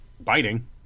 Biting